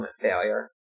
failure